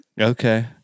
Okay